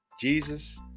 Jesus